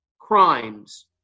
crimes